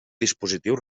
dispositiu